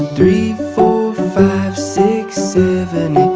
three, four five, six, seven,